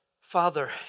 Father